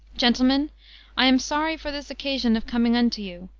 gentlemen i am sorry for this occasion of coming unto you.